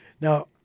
Now